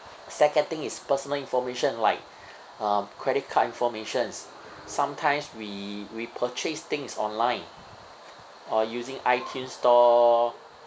second thing is personal information like uh credit card informations sometimes we we purchase things online or using iTunes store